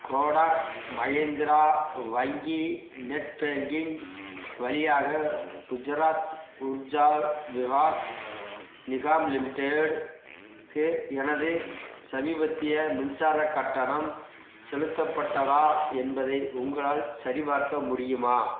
கோடாக் மஹேந்திரா வங்கி net banking வழியாக Gujarat Urja Vikas Nigam limited க்கு எனது சமீபத்திய மின்சாரக் கட்டணம் செலுத்தப்பட்டதா என்பதை உங்களால் சரிபார்க்க முடியுமா